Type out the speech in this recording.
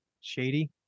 shady